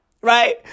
right